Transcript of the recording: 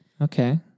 Okay